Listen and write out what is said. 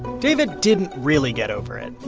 david didn't really get over it.